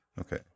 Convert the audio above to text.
Okay